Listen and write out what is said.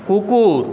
কুকুর